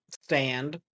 stand